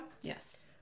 Yes